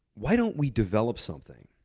why don't we develop something